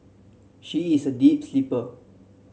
she is a deep sleeper